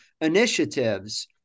initiatives